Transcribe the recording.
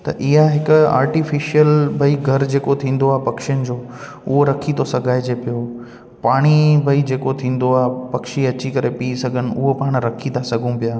त इहा हिक आर्टिफ़िशल भई घरु जेको थींदो आहे पखियुनि जो उहो रखी थो सघाइजे पियो पाणी भई जे को थींदो आहे पखी अची करे पी सघनि उहो पाणि रखी था सघूं पिया